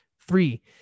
Three